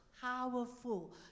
powerful